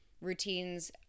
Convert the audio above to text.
Routines